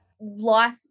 life